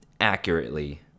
accurately